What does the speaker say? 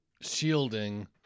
shielding